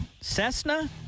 Cessna